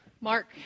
Mark